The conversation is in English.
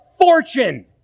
fortune